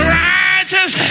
righteous